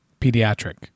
Pediatric